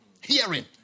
hearing